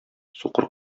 сукыр